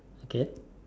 okay